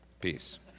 peace